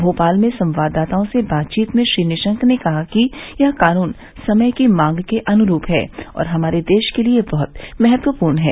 भोपाल में संवाददाताओं से बातचीत में श्री निशंक ने कहा कि यह कानून समय की मांग के अनुरूप है और हमारे देश के लिए बहुत महत्वपूर्ण है